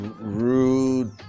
rude